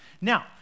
Now